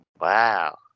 wow